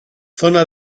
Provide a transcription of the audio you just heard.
zona